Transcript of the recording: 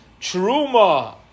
Truma